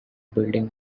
building